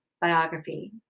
biography